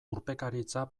urpekaritza